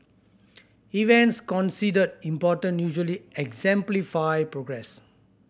events considered important usually exemplify progress